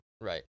Right